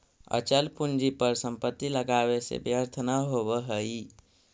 अचल पूंजी पर संपत्ति लगावे से व्यर्थ न होवऽ हई